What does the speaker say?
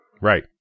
Right